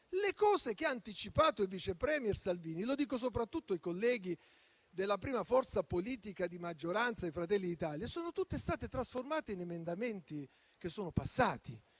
le cose che ha anticipato il vice *premier* Salvini - lo dico soprattutto ai colleghi della prima forza politica di maggioranza, Fratelli d'Italia - sono tutte state trasformate in emendamenti che sono passati.